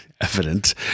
evident